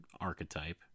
archetype